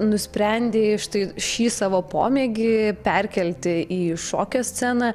nusprendei štai šį savo pomėgį perkelti į šokio sceną